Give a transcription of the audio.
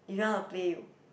you don't want to blame